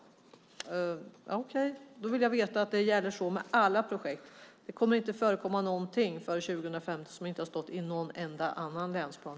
Okej, då vill jag veta att det gäller så med alla projekt. Det kommer inte heller att förekomma någonting innan 2015 som har stått i någon annan länsplan.